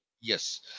Yes